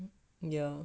yeah